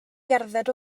gerdded